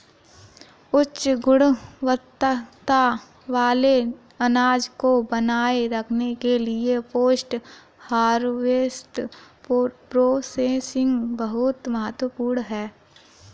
उच्च गुणवत्ता वाले अनाज को बनाए रखने के लिए पोस्ट हार्वेस्ट प्रोसेसिंग बहुत महत्वपूर्ण है